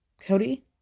Cody